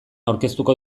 aurkeztuko